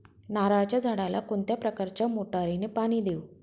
नारळाच्या झाडाला कोणत्या प्रकारच्या मोटारीने पाणी देऊ?